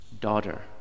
Daughter